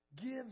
gives